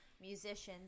musicians